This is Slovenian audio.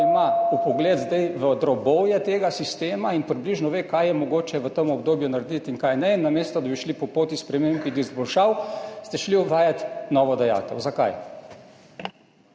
ima vpogled zdaj v drobovje tega sistema, in približno ve, kaj je mogoče v tem obdobju narediti in kaj ne. In namesto, da bi šli po poti sprememb in izboljšav, ste šli uvajat novo dajatev. Zakaj?